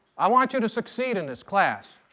i want you to succeed in this class.